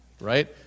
right